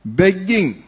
begging